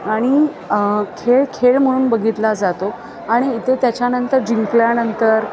आणि खेळ खेळ म्हणून बघितला जातो आणि इथे त्याच्यानंतर जिंकल्यानंतर